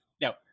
Now